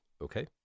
Okay